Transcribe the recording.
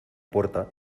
puerta